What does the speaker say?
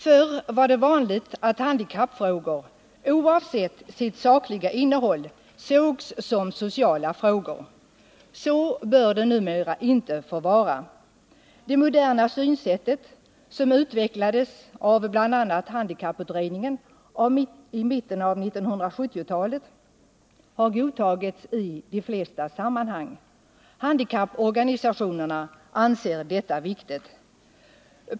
Förr var det vanligt att handikappfrågor, oavsett sitt sakliga innehåll, sågs som sociala frågor. Så bör det numera inte få vara. Det moderna synsättet, som utvecklades bl.a. av handikapputredningen i mitten av 1970-talet, har godtagits i de flesta sammanhang. Handikapporganisationerna anser detta viktigt.